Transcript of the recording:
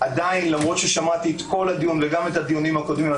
למרות ששמעתי את כל הדיון וגם את הדיונים הקודמים,